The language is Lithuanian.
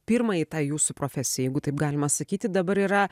pirmąjai tai jūsų profesijai jeigu taip galima sakyti dabar yra